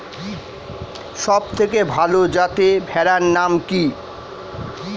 সবথেকে ভালো যাতে ভেড়ার নাম কি?